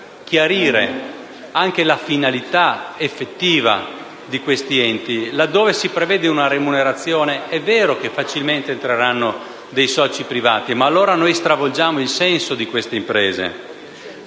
chiarire la finalità effettiva di questi enti. Laddove si prevede una remunerazione, è vero che facilmente entreranno dei soci privati, ma allora noi stravolgiamo il senso di queste imprese